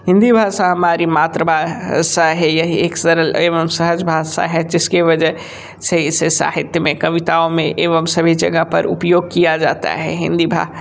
हिंदी भाषा हमारी मातृभाषा है यही एक सरल एवम सहज भाषा है जिसकी वजह से इसे साहित्य में कविताओं में एवम सभी जगह पर उपयोग किया जाता है हिंदी भा